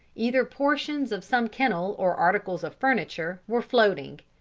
either portions of some kennel or articles of furniture, were floating.